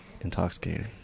intoxicating